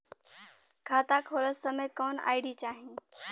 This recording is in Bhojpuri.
खाता खोलत समय कौन आई.डी चाही?